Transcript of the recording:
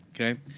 Okay